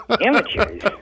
Amateurs